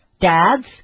dads